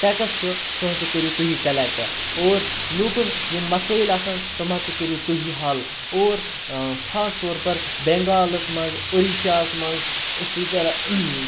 ٹٮ۪کٕس چھُ سُہ ہَسا کٔروِ تُہی کَلٮ۪کٹ اور لوٗکَن یِم مَسٲیِل آسان تِم ہَسا کٔرِو تُہی حل اور خاص طور پَر بینٛگالَس منٛز اوٚرِشاہَس منٛز اسی طرح